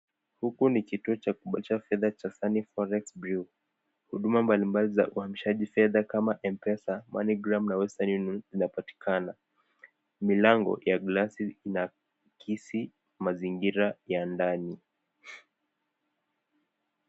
Huku ni kituo cha kubadilisha pesa cha Sunny Forex Bureau. Huduma mbalimbali za uhamishaji fedha kama M-pesa, Moneygram na Western Union zinapatikana. Milango ya glasi ianaakisi mazingira ya ndani.